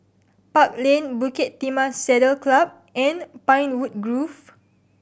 Park Lane Bukit Timah Saddle Club and Pinewood Grove